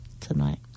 tonight